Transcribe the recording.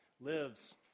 lives